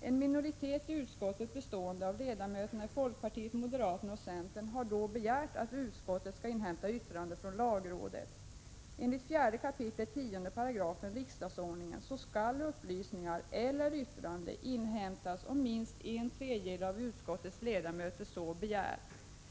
En minoritet i utskottet bestående av ledamöter i folkpartiet, moderata samlingspartiet och centerpartiet har då begärt att utskottet skall inhämta yttrande från lagrådet. Enligt 4 kap. 10 § riksdagsordningen skall upplysningar eller yttrande inhämtas om minst en tredjedel av utskottets ledamöter så begär.